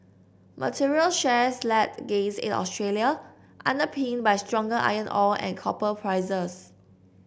materials shares led gains in Australia underpinned by stronger iron ore and copper prices